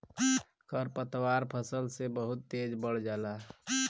खरपतवार फसल से बहुत तेज बढ़ जाला